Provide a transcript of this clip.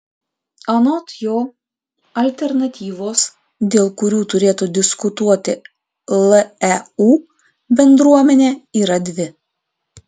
anot jo alternatyvos dėl kurių turėtų diskutuoti leu bendruomenė yra dvi